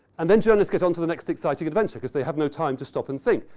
and then journalists get onto the next exciting adventure cause they have no time to stop and think.